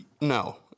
No